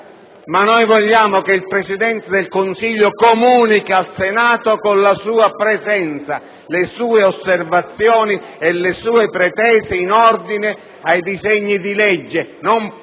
ma vogliamo che il Presidente del Consiglio comunichi al Senato, con la sua presenza, le sue osservazioni e le sue pretese in ordine ai disegni di legge. Lei